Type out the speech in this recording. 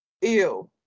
Ew